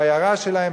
בעיירה שלהם,